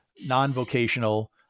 non-vocational